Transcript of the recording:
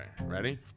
ready